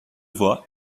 voix